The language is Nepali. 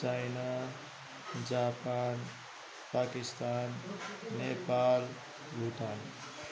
China Japan Pakistan Nepal Bhutan